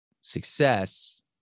Success